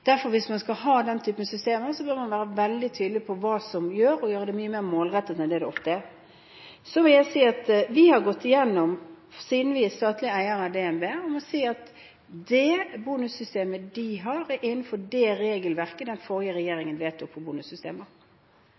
Derfor – hvis man skal ha den typen systemer – bør man være veldig tydelig på hva som gjøres, og gjøre det mye mer målrettet enn det det ofte er. Vi har gått igjennom det, siden vi er statlig eier av DNB, og jeg må si at det bonussystemet de har, er innenfor det regelverket den forrige regjeringen vedtok